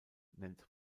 nennt